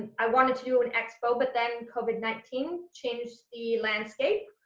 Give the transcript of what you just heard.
i wanted to do an expo but then covid nineteen changed the landscape.